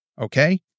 Okay